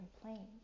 complained